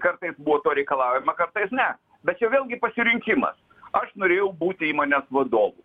kartais buvo to reikalaujama kartais ne bet čia vėlgi pasirinkimas aš norėjau būti įmonės vadovu